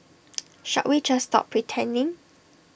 shall we just stop pretending